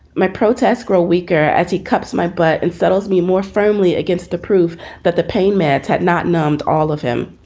my protest grow weaker. he cups my butt and settles me more firmly against the proof that the pain meds have not numbed all of him.